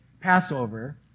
Passover